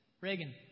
Reagan